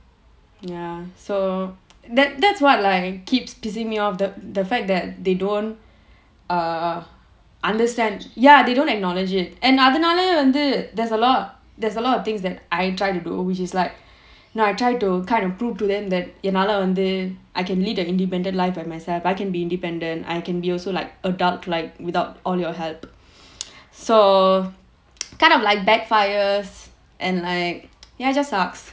ya so that that's what like keeps pissing me off the the fact that they don't err understand ya they don't acknowledge it and அதுனாலயே வந்து:adhunaalayae vanthu there's a lot there's a lot of things that I try to do which is like you know I try to kind of prove to them that என்னால வந்து:ennaala vanthu I can lead an independent life by myself I can be independent I can be also like adult like without all your help so kind of like backfires and like ya just sucks